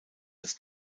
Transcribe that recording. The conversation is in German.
das